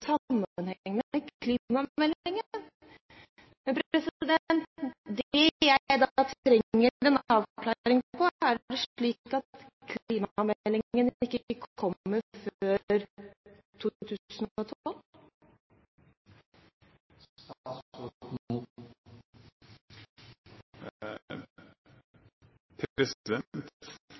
klimameldingen. Men det jeg trenger en avklaring på, er om det er slik at klimameldingen ikke kommer før